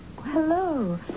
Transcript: Hello